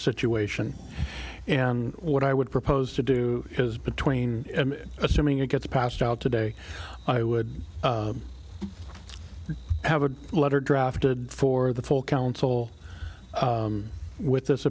situation and what i would propose to do is between assuming it gets passed out today i would have a letter drafted for the full council with this